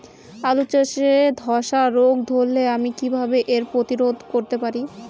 আলু চাষে ধসা রোগ ধরলে আমি কীভাবে এর প্রতিরোধ করতে পারি?